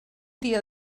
dia